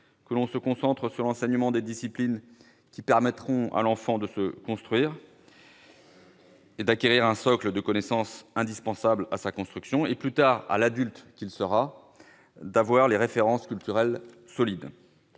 que l'on se concentre sur l'enseignement de disciplines qui permettront à l'enfant d'acquérir un socle de connaissances indispensables à sa construction et, plus tard, à l'adulte qu'il sera d'avoir des références culturelles solides.